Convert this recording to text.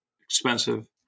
expensive